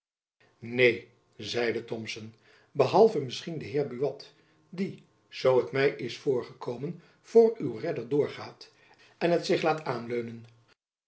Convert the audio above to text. neen zeide thomson behalve misschien de heer buat die zoo t my is voorgekomen voor uw redder doorgaat en het zich laat aanleunen